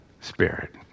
Spirit